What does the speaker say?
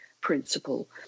principle